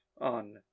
on